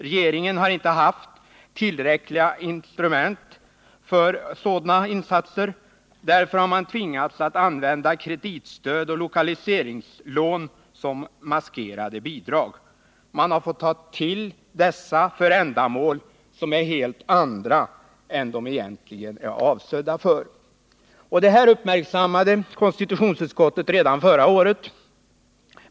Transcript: Regeringen har inte haft tillräckliga instrument för sådana insatser. Därför har man tvingats att använda kreditstöd och lokaliseringslån som maskerade bidrag. Man har fått ta till dessa för ändamål som är helt andra än de egentligen är avsedda för. Detta uppmärksammade konstitutionsutskottet redan förra året.